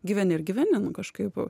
gyveni ir gyveni nu kažkaip